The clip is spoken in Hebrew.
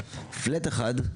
פלט אחד,